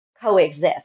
coexist